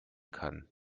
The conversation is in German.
kann